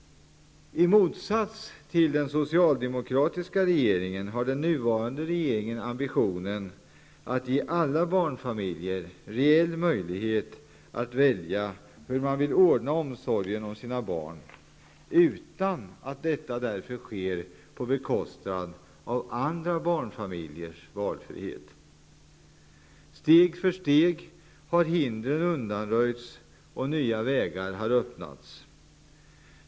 I motsats till den socialdemokratiska regeringen har den nuvarande regeringen ambitionen att ge alla barnfamiljer reell möjlighet att välja hur de vill ordna omsorgen om sina barn utan att detta därför sker på bekostnad av andra barnfamiljers valfrihet. Steg för steg har hindren undanröjts och nya vägar öppnats.